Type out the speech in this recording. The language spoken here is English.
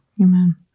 Amen